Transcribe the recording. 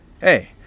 Hey